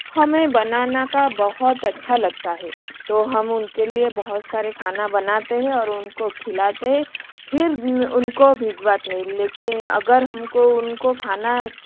हमें बनाना का बहुत अच्छा लगता है तो हम उनके लिए बहुत सारे खाना बनाते है और उनको खिलाते है फिर उनको भिजवाते है लेकिन अगर हमको उनका खाना